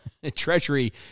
treasury